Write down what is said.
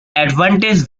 advantage